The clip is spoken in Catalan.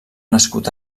nascut